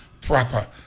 proper